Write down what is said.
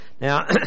Now